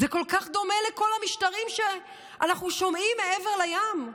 זה כל כך דומה לכל המשטרים שאנחנו שומעים עליהם מעבר לים,